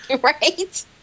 Right